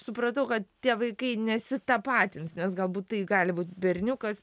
supratau kad tie vaikai nesitapatins nes galbūt tai gali būt berniukas